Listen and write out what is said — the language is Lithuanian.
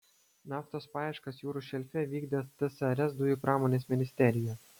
naftos paieškas jūrų šelfe vykdė tsrs dujų pramonės ministerija